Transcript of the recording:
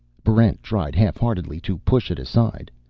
barrent tried half-heartedly to push it aside.